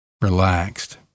relaxed